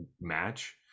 match